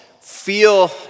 feel